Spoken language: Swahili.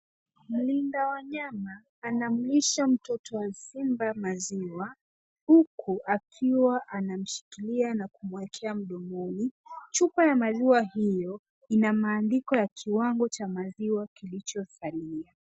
Mlinda wanyama anamlisha mtoto wa simba maziwa huku akiwa anashikilia na kumwekea mdomoni. Chupa ya maziwa hiyo ina matandiko ya kiwango cha maziwa kilichosalia.